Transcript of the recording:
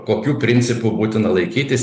kokių principų būtina laikytis